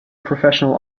professional